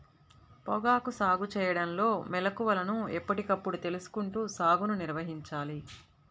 పొగాకు సాగు చేయడంలో మెళుకువలను ఎప్పటికప్పుడు తెలుసుకుంటూ సాగుని నిర్వహించాలి